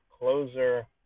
Closer